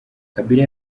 kabila